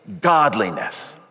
godliness